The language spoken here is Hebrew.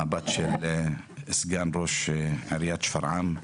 הבת של סגן ראש עיריית שפרעם,